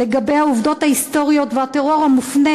לגבי העובדות ההיסטוריות והטרור המופנה